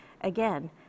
Again